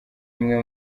imwe